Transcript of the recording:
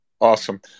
Awesome